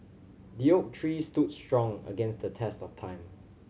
the oak tree stood strong against the test of time